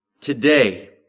Today